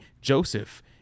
Joseph